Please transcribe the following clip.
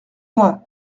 moi